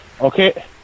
Okay